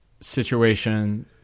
situation